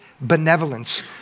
benevolence